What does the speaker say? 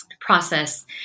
process